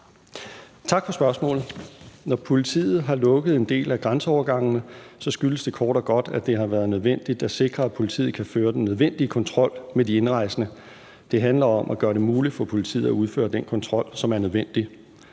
Tak for spørgsmålet. Når politiet har lukket en del af grænseovergangene, skyldes det kort og godt, at det har været nødvendigt at sikre, at politiet kan føre den nødvendige kontrol med de indrejsende. Det handler om at gøre det muligt for politiet at udføre den kontrol, som er nødvendig.